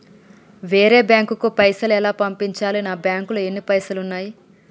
వేరే బ్యాంకుకు పైసలు ఎలా పంపించాలి? నా బ్యాంకులో ఎన్ని పైసలు ఉన్నాయి?